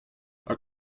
are